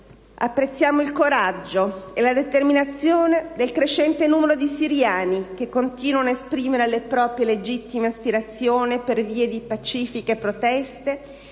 Apprezziamo il coraggio e la determinazione del crescente numero di siriani che continuano ad esprimere le proprie legittime aspirazioni attraverso pacifiche proteste, e con questo